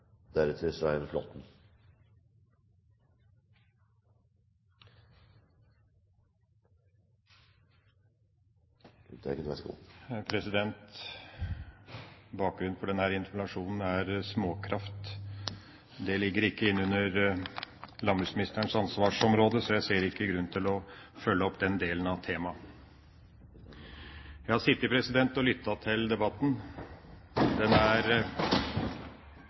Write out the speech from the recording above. småkraft. Det ligger ikke innunder landbruksministerens ansvarsområde, så jeg ser ikke grunn til å følge opp den delen av temaet. Jeg har sittet og lyttet til debatten. Den er